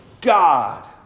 God